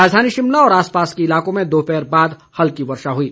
राजधानी शिमला व आसपास के इलाकों में दोपहर बाद हल्की वर्षा हुई